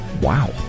Wow